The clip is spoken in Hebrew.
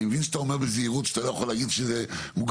אני מבין שאתה אומר בזהירות שאתה לא יכול להגיד שזה מוגר